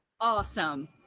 Awesome